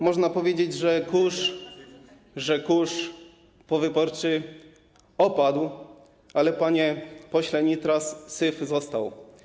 Można powiedzieć, że kurz powyborczy opadł, ale, panie pośle Nitras, syf został.